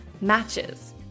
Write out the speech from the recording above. Matches